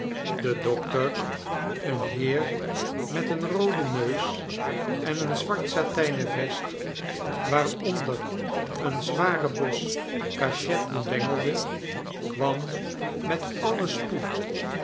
de dokter een heer met een rooden neus en een zwart satijnen vest waaronder een zware bos cachetten bengelde kwam met alien spoed